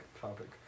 topic